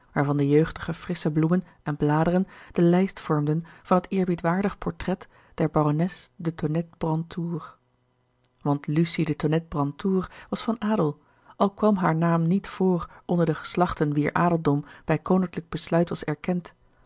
waarvan de jeugdige frissche bloemen en bladeren de lijst vormden van het eerbiedwaardig portret der baronnes de tonnette brantour want lucie de tonnette brantour was van adel al kwam haar naam niet voor onder de geslachten wier adeldom bij koninklijk besluit was erkend